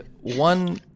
one